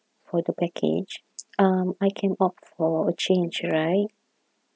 for the package um I can opt for a change right